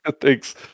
thanks